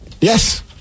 Yes